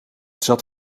zat